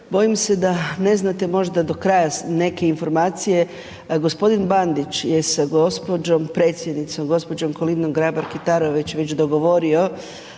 bojim se da ne znate možda do kraja neke informacije, g. Bandić je sa gđom. predsjednicom, gđom. Kolindom Grabar Kitarović već dogovorio